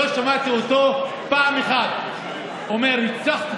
לא שמעתי אותו פעם אחת אומר: הצלחתי.